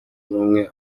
ubumwe